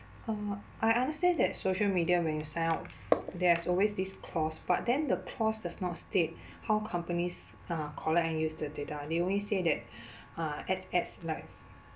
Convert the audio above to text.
uh I understand that social media when yourself there's always this clause but then the clause does not state how companies uh collect and use the data they only say that uh like